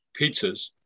pizzas